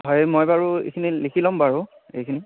হয় মই বাৰু এইখিনি লিখি ল'ম বাৰু এইখিনি